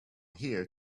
here